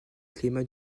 climats